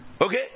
Okay